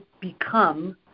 become